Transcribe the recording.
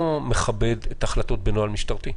אני לא מכבד החלטות בנוהל משטרתי.